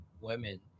women